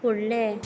फुडलें